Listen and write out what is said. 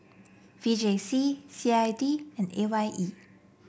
V J C C I D and A Y E